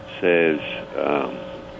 says